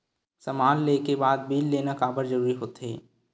समान ले के बाद बिल लेना काबर जरूरी होथे?